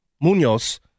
Munoz